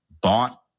bought